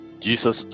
Jesus